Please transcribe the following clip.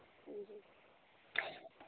जी